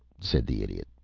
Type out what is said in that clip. said the idiot.